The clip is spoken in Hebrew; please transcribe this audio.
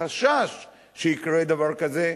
החשש שיקרה דבר כזה,